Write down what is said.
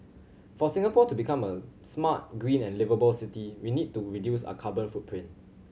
for Singapore to become a smart green and liveable city we need to reduce our carbon footprint